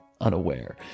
unaware